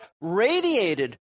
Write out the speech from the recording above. radiated